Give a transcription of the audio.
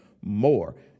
more